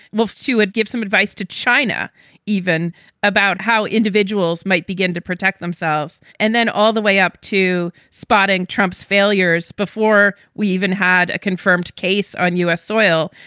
well, you had give some advice to china even about how individuals might begin to protect themselves. and then all the way up to spotting trump's failures before we even had a confirmed case on u s. soil.